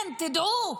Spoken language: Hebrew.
כן, תדעו.